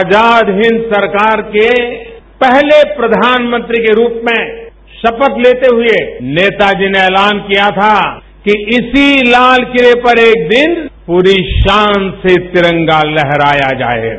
आजाद हिंद सरकार के पहले प्रधानमंत्री के रूप में शपथ लेते हुए नेताजी ने एलान किया था कि इसी लालकिले पर एक दिन पूरी शान से तिरंगा लहराया जाएगा